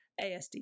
ASD